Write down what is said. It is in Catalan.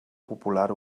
popular